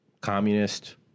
communist